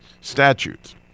statutes